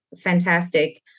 fantastic